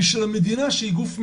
משמדינה שהיא גוף מנוכר.